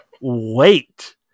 wait